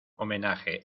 homenaje